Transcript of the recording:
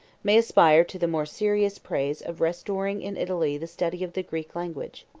may aspire to the more serious praise of restoring in italy the study of the greek language.